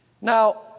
Now